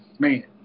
Man